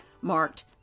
marked